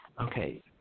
okay